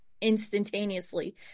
instantaneously